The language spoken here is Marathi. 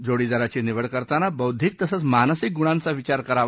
जोडीदाराची निवड करताना बौद्दीक तसंच मानसिक गुणांचा विचार करावा